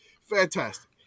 fantastic